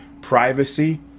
Privacy